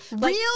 real